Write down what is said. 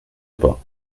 pas